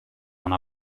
una